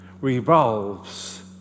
revolves